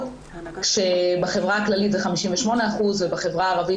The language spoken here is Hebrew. שבחברה הכללית זה 58% ובחברה הערבית